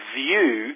view